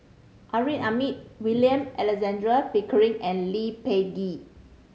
Amrin Amin William Alexander Pickering and Lee Peh Gee